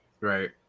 right